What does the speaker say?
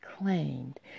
claimed